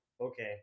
Okay